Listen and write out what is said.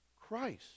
Christ